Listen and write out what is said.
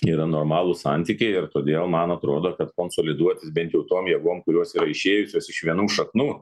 yra normalūs santykiai ir todėl man atrodo kad konsoliduotis bent jau tom jėgom kurios yra išėjusios iš vienų šaknų